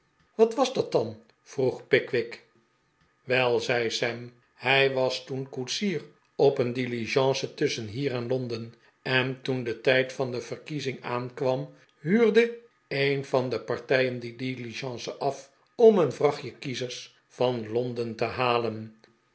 wat was dat dan vroeg pickwick wel zei sam hij was toen koetsier op een diligence tusschen hier en londen en toen de tijd van de verkiezing aankwam huurde een van de partijen de diligence af om een vrachtje kiezers van londen te halen